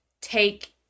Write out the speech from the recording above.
take